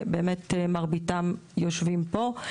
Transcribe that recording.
שמרביתם יושבים פה.